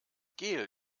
gel